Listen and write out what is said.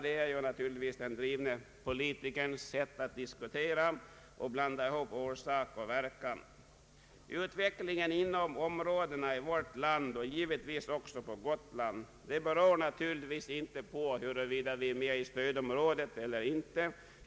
Detta är naturligtvis den drivne politikerns sätt att diskutera: att blanda ihop orsak och verkan. Utvecklingen inom olika områden i vårt land och givetvis också på Gotland beror primärt inte på huruvida respektive område ligger inom stödområdet eller ej.